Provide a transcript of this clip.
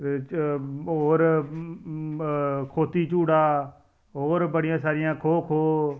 फिर और खोती चूडा और बडियां सारियां खो खो खेलदे है